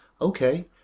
Okay